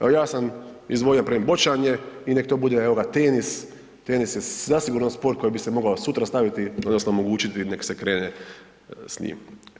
Evo ja sam izdvojio npr. boćanje i nek to bude evo ga tenis, tenis je zasigurno sport koji bi se mogao sutra staviti odnosno omogućiti nek se krene s njim.